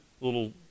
little